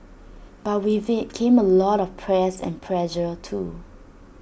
but with IT came A lot of press and pressure too